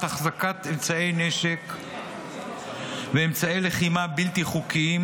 החזקת אמצעי נשק ואמצעי לחימה בלתי חוקיים,